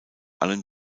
allem